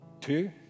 two